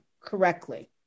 correctly